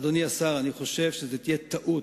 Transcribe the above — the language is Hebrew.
אדוני השר, אני חושב שזו תהיה טעות.